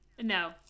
No